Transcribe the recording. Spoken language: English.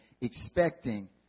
expecting